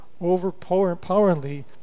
overpoweringly